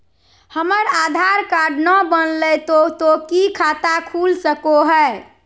हमर आधार कार्ड न बनलै तो तो की खाता खुल सको है?